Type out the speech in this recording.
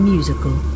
Musical